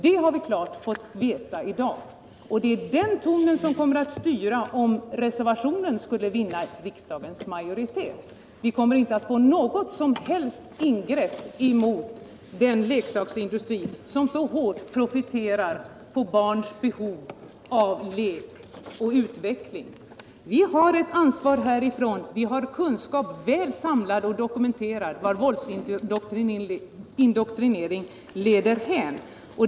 Det har vi fått klart besked om i dag. Det är den tonen som kommer att styra om reservationen skulle vinna riksdagens bifall. Vi kommer då inte att få några som helst ingrepp mot den leksaksindustri som så hårt profiterar på barns behov av lek och utveckling. Vi har ett ansvar för detta. Vi har väl samlad och dokumenterad kunskap om vad våldsindoktrineringen leder till.